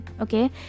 okay